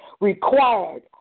required